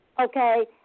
Okay